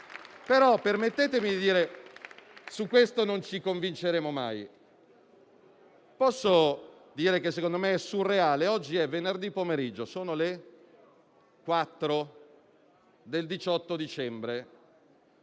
Però, permettetemi di dire - e su questo non ci convinceremo mai - che, secondo me, è surreale. Oggi è venerdì pomeriggio. Sono le ore 16 del 18 dicembre.